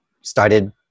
started